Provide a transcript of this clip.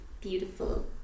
beautiful